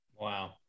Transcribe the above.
Wow